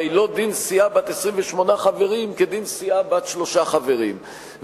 הרי לא דין סיעה בת 28 חברים כדין סיעה בת שלושה חברים,